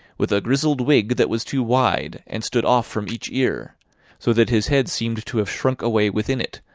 with a grizzled wig that was too wide, and stood off from each ear so that his head seemed to have shrunk away within it,